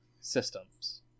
systems